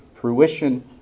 fruition